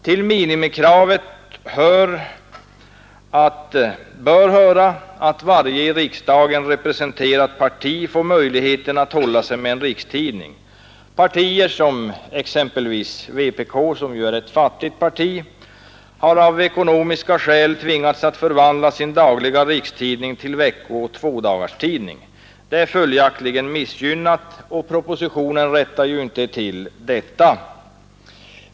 Till minimikravet bör höra att varje i riksdagen representerat parti får möjlighet att hålla sig med en rikstidning. Exempelvis vpk, som ju är ett fattigt parti, har av ekonomiska skäl tvingats förvandla sin dagliga rikstidning till veckooch tvådagarstidning. Partiet är följaktligen missgynnat, och propositionen rättar ju inte till detta.